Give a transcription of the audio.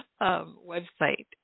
website